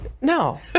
No